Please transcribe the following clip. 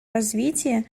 развития